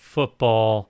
Football